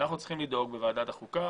אנחנו צריכים לדאוג בוועדת החוקה,